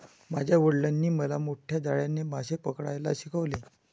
माझ्या वडिलांनी मला मोठ्या जाळ्याने मासे पकडायला शिकवले